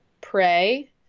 pray